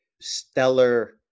stellar